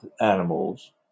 animals